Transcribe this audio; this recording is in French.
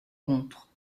contre